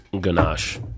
ganache